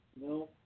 No